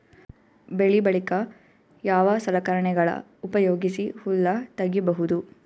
ಬೆಳಿ ಬಳಿಕ ಯಾವ ಸಲಕರಣೆಗಳ ಉಪಯೋಗಿಸಿ ಹುಲ್ಲ ತಗಿಬಹುದು?